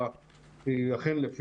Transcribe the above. גם בית ספר שדה.